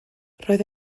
roedd